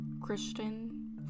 Christian